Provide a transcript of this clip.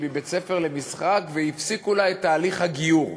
בבית-ספר למשחק והפסיקו לה את תהליך הגיור,